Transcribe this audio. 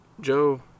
Joe